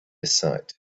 aside